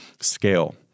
scale